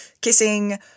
kissing